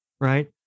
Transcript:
right